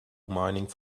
mining